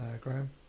Graham